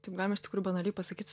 taip galima iš tikrųjų banaliai pasakyt